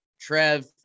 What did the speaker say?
Trev